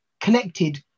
connected